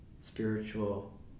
spiritual